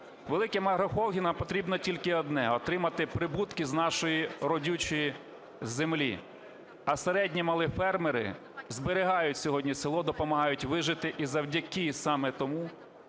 Великим агрохолдингам потрібно тільки одне: отримати прибутки з нашої родючої землі. А середні і малі фермери зберігають сьогодні село, допомагають вижити. І завдяки саме тому